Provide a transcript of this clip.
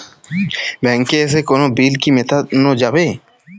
ব্যাংকে এসে কোনো বিল কি মেটানো যাবে?